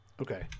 okay